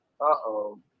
Uh-oh